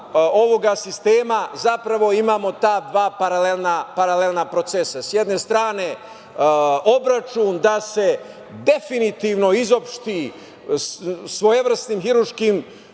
ovog sistema imamo ta dva paralelna procesa. Sa jedne strane, obračun da se definitivno izopšti svojevrsnim hirurškim